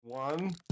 One